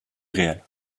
real